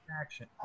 action